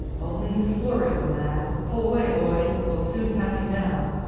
only his flurry, my lad. pull away, boys we'll soon have him now.